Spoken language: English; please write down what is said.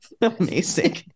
amazing